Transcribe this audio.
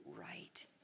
right